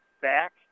back